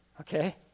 okay